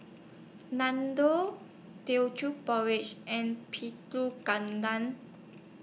Nam Doll Teochew Porridge and Pulut